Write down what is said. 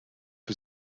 wir